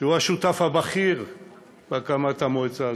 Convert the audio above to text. שהוא השותף הבכיר בהקמת המועצה הזאת,